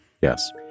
Yes